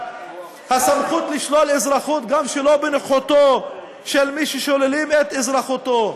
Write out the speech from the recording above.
הסמכות לשלול אזרחות גם שלא בנוכחותו של מי ששוללים את אזרחותו,